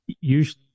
usually